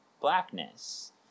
blackness